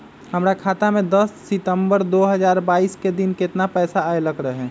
हमरा खाता में दस सितंबर दो हजार बाईस के दिन केतना पैसा अयलक रहे?